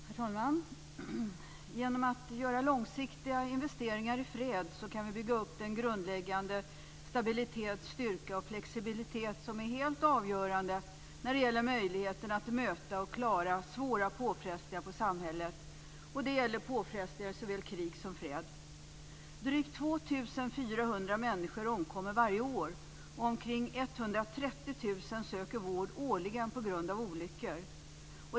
Herr talman! Genom att göra långsiktiga investeringar i fred kan vi bygga upp den grundläggande stabilitet, styrka och flexibilitet som är helt avgörande när det gäller möjligheterna att möta och klara svåra påfrestningar på samhället. Det gäller påfrestningar i såväl krig som fred. Drygt 2 400 människor omkommer varje år, och omkring 130 000 söker vård årligen på grund av olyckor.